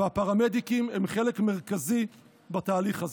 והפרמדיקים הם חלק מרכזי בתהליך הזה.